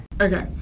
Okay